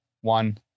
one